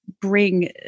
bring